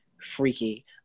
freaky